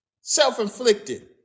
Self-inflicted